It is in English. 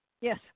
Yes